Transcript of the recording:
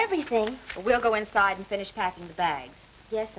everything so we'll go inside and finish packing the bags yes